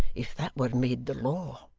if that were made the law